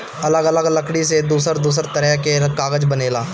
अलग अलग लकड़ी से दूसर दूसर तरह के कागज बनेला